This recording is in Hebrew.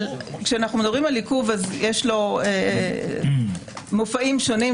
כשאנחנו מדברים על עיכוב יש לו מופעים שונים,